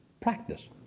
practice